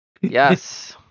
Yes